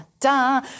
da